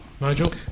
Nigel